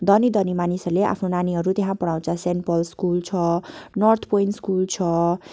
धनी धनी मानिसहरूले त्यहाँ पढाउँछ सेन्ट पल्स स्कुल छ नर्थ पोइन्ट स्कुल छ